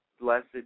Blessed